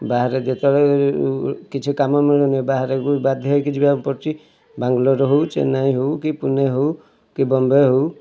ବାହାରେ ଯେତେବେଳେ ବି କିଛି କାମ ମିଳୁନି ବାହାରକୁ ବାଧ୍ୟ ହୋଇକି ଯିବାକୁ ପଡୁଛି ବ୍ୟଙ୍ଗଲୋର୍ ହେଉ ଚେନ୍ନାଇ ହେଉ କି ପୁନେ ହେଉ କି ବମ୍ବେ ହେଉ